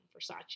Versace